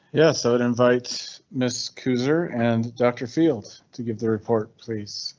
yes, i would invite miss cruiser and doctor field to give the report please,